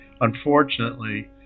unfortunately